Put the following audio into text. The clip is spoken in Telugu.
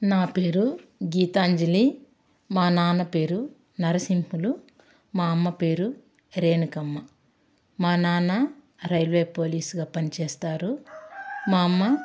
నా పేరు గీతాంజలి మా నాన్న పేరు నరసింహులు మా అమ్మ పేరు రేణుకమ్మ మా నాన్న రైల్వే పోలీస్గా పని చేస్తారు మా అమ్మ